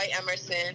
Emerson